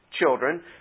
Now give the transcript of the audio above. children